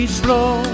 slow